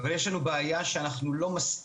אבל יש לנו בעיה שאנחנו לא מספיק